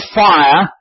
fire